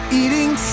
eating